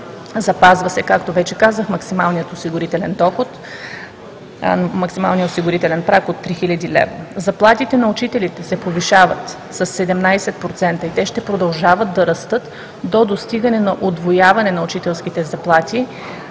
Запазва се, както вече казах, максималният осигурителен праг от 3000 лв. Заплатите на учителите се повишават със 17% и те ще продължават да растат до достигане на удвояване на учителските заплати